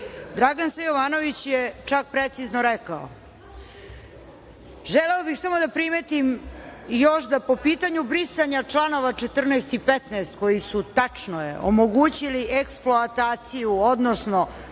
Dragan S. Jovanović je precizno rekao – želeo bih samo da primetim još da po pitanju brisanja članova 14. i 15. koji su, tačno je, omogućili eksploataciju, odnosno